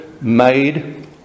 made